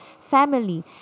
family